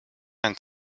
einen